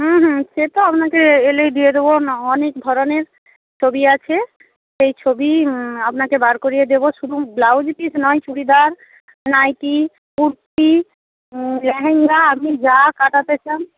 হুম হুম সে তো আপনাকে এলেই দিয়ে দেবো অনেক ধরনের ছবি আছে সেই ছবি আপনাকে বার করে দেবো শুধু ব্লাউজ পিস নয় চুড়িদার নাইটি কুর্তি লেহেঙ্গা আপনি যা কাটাতে চান